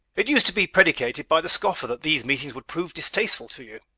it used to be predicted by the scoffer that these meetings would prove distasteful to you.